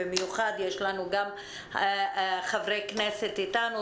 במיוחד יש לנו חברי כנסת אתנו.